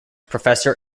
professor